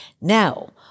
Now